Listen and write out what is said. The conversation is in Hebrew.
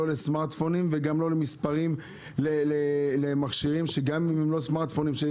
לא לסמרטפונים וגם לא למכשירים שגם אם הם לא סמרטפונים הם